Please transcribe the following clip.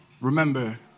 remember